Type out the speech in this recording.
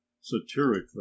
satirically